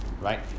right